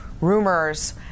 rumors